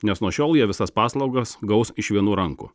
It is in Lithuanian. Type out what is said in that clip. nes nuo šiol jie visas paslaugas gaus iš vienų rankų